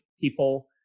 people